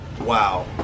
Wow